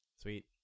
sweet